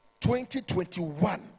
2021